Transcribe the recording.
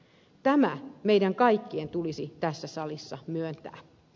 tämä meidän kaikkien tulisi tässä salissa myöntää